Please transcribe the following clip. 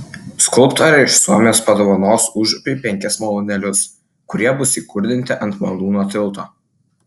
skulptorė iš suomijos padovanos užupiui penkis malūnėlius kurie bus įkurdinti ant malūnų tilto